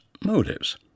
motives